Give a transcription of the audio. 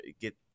get